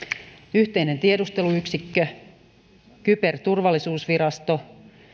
yhteinen tiedusteluyksikkö kyberturvallisuusvirasto